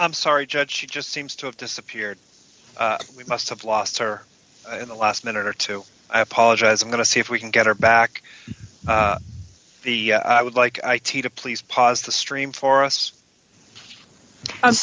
i'm sorry judge she just seems to have disappeared we must have lost her in the last minute or two i apologize i'm going to see if we can get her back the i would like i t to please pause the stream forests and